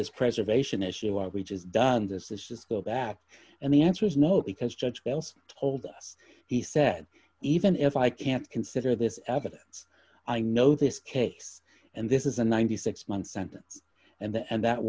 this preservation issue which is done this is just go back and the answer is no because judge wells told us he said even if i can't consider this evidence i know this case and this is a ninety six month sentence and the end that